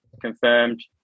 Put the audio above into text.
confirmed